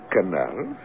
Canals